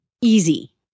easy